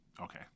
okay